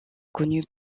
connu